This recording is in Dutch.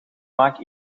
maak